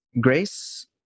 grace